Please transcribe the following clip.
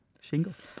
Shingles